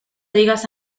digas